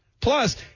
Plus